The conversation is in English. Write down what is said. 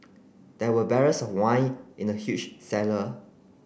there were barrels of wine in the huge cellar